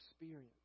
experience